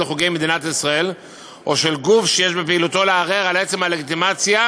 לחוקי מדינת ישראל או של גוף שיש בפעילותו לערער על עצם הלגיטימציה